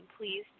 please